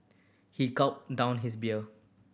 he gulped down his beer